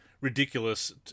ridiculous